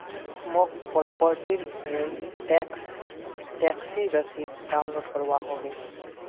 मौक प्रॉपर्टी र टैक्स टैक्सी रसीद डाउनलोड करवा होवे